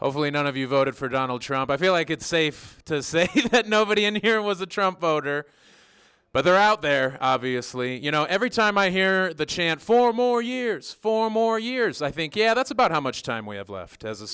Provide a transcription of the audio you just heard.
hopefully none of you voted for donald trump i feel like it's safe to say that nobody in here was a trump voter but they're out there obviously you know every time i hear the chant four more years four more years i think yeah that's about how much time we have left as a